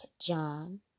John